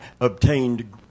obtained